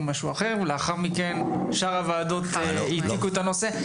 משהו אחר ולאחר מכן שאר הוועדות העתיקו את הנושא.